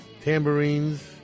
tambourines